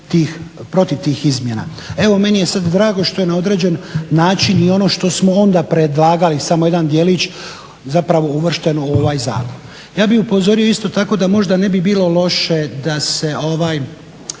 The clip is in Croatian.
protiv tih izmjena. Evo meni je sad drago što je na određeni način i ono što smo onda predlagali samo jedan djelić zapravo uvršteno u ovaj zakon. Ja bih upozorio isto tako da možda ne bi bilo loše da se